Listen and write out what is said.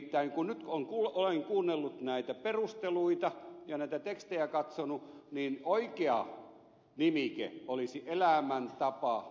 nimittäin kun nyt olen kuunnellut näitä perusteluita ja näitä tekstejä katsonut niin oikea nimike olisi elämäntapamuutoslaki